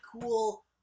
cool